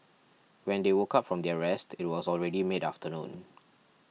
when they woke up from their rest it was already mid afternoon